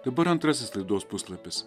dabar antrasis laidos puslapis